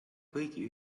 kõigi